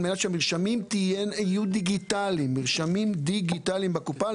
על מנת שהמרשמים יהיו דיגיטליים בקופה,